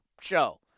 show